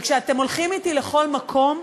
וכשאתם הולכים אתי לכל מקום,